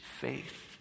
faith